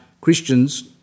Christians